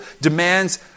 demands